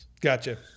Gotcha